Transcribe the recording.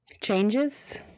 changes